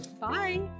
Bye